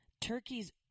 Turkey's